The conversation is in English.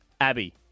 Abby